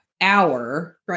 hour